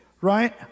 Right